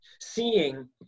seeing